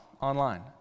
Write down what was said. online